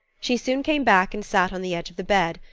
she soon came back and sat on the edge of the bed,